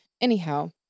anyhow